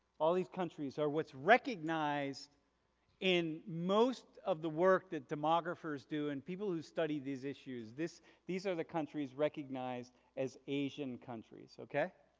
all these countries are what's recognized in most of the work that demographers do and people who study these issues, these are the countries recognized as asian countries. okay?